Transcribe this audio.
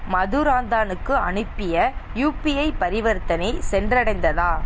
மதுராந்தாகனுக்கு அனுப்பிய யுபிஐ பரிவர்த்தனை சென்றடைந்ததா